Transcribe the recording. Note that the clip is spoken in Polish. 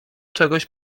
czegoś